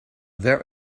there